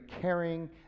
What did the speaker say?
caring